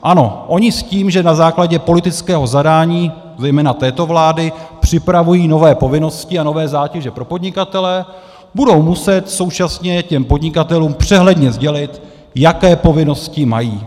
Ano, oni s tím, že na základě politického zadání zejména této vlády připravují nové povinnosti a nové zátěže pro podnikatele, budou muset současně těm podnikatelům přehledně sdělit, jaké povinnosti mají.